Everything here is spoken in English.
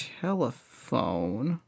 telephone